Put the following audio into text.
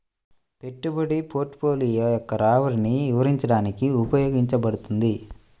పెట్టుబడి పోర్ట్ఫోలియో యొక్క రాబడిని వివరించడానికి ఉపయోగించబడుతుంది